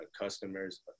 customers